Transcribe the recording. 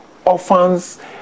Orphans